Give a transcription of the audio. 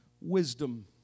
wisdom